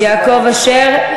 יעקב אשר,